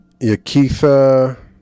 yakitha